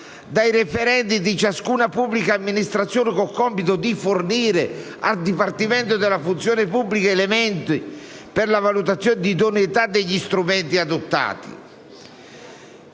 dai referenti di ciascuna pubblica amministrazione, con il compito di fornire al Dipartimento della funzione pubblica elementi per la valutazione di idoneità degli strumenti adottati.